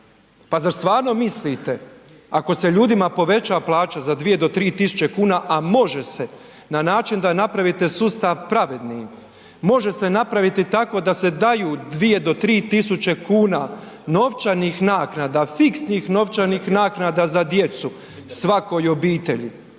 pa zar stvarno mislite ako se ljudima poveća plaća za 2 do 3.000,00 kn, a može se na način da napravite sustav pravednim, može se napraviti tako da se daju 2 do 3.000,00 kn novčanih naknada, fiksnih novčanih naknada za djecu svakoj obitelji